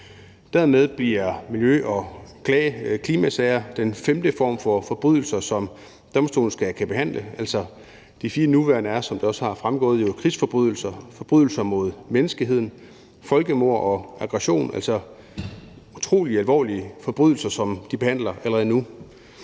Dermed bliver miljø- og klimasager den femte form for forbrydelser, som domstolen skal kunne behandle. De fire nuværende er jo, som det også er fremgået: krigsforbrydelser, forbrydelser mod menneskeheden, folkemord og aggression – altså utrolig alvorlige forbrydelser, som den behandler allerede nu.